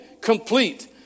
complete